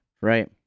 Right